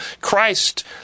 Christ